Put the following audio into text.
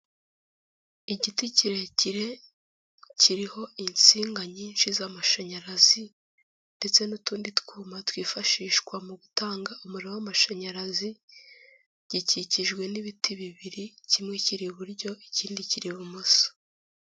Igiti kirekire kiriho insinga nyinshi z'amashanyarazi ndetse n'utundi twuma twifashishwa mu gutanga umuriro w'amashanyarazi, gikikijwe n'ibiti bibiri kimwe kiri iburyo ikindi kiri ibumoso.